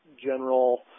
general